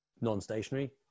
non-stationary